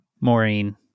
Maureen